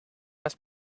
must